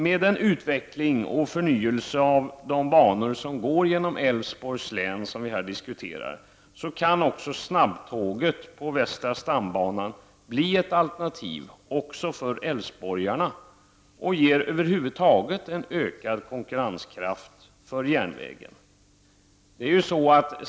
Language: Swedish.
Med den utveckling och förnyelse av de banor som går genom Älvsborgs län som vi här diskuterar, kan också snabbtåget på västra stambanan bli ett alternativ även för människor i Älvsborg. Det leder över huvud taget till en ökad konkurrenskraft för järnvägen.